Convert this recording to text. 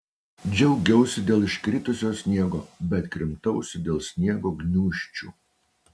džiaugiausi dėl iškritusio sniego bet krimtausi dėl sniego gniūžčių